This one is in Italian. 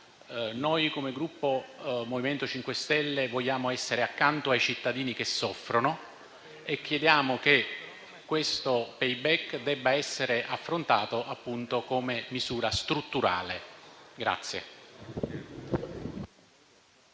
Come Gruppo MoVimento 5 Stelle vogliamo essere accanto ai cittadini che soffrono e chiediamo che questo *payback* sia affrontato come misura strutturale.